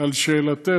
על שאלתך.